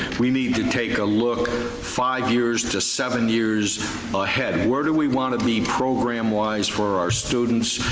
we need to take a look five years to seven years ahead. where do we want to be program wise for our students,